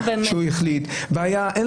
יש יושב-ראש ועדה שהחליט.